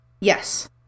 Yes